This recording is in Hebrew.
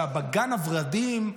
בגן הוורדים,